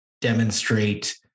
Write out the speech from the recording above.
demonstrate